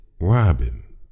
Robin